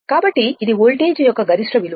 కాబట్టి ఇది వోల్టేజ్ యొక్క గరిష్ట విలువ